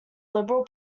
liberal